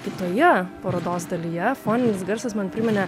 kitoje parodos dalyje foninis garsas man priminė